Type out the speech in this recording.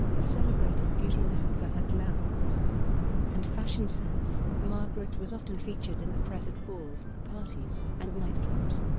a celebrated beauty known for her glamour and fashion sense, margaret was often featured in the press at balls, parties, and nightclubs.